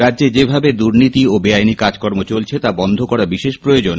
রাজ্যে যেভাবে দুর্নীতি ও বেআইনি কাজকর্ম চলছে তা বন্ধ করা বিশেষ প্রয়োজন